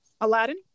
Aladdin